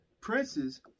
Prince's